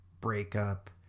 breakup